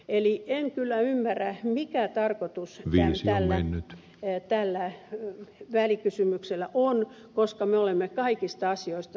eli en kyllä ymmärrä mikä tarkoitus tällä välikysymyksellä on koska me olemme kaikista asioista